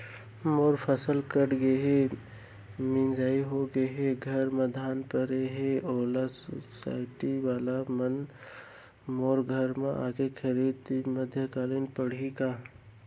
मोर फसल कट गे हे, मिंजाई हो गे हे, घर में धान परे हे, ओला सुसायटी वाला मन मोर घर म आके खरीद मध्यकालीन पड़ही का?